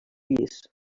llis